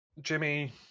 jimmy